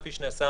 כפי שנעשה